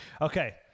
Okay